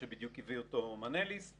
התקשורת וכל מי שעובד בכל המערכת העניק הזאת,